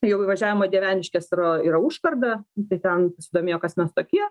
jau įvažiavimo į dieveniškes yra yra užkarda tai ten pasidomėjo kas mes tokie